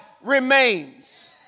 remains